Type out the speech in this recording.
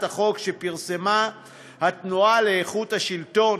החוק שפרסמה התנועה לאיכות השלטון,